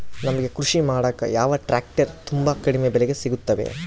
ನಮಗೆ ಕೃಷಿ ಮಾಡಾಕ ಯಾವ ಟ್ರ್ಯಾಕ್ಟರ್ ತುಂಬಾ ಕಡಿಮೆ ಬೆಲೆಗೆ ಸಿಗುತ್ತವೆ?